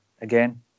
again